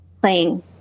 playing